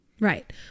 Right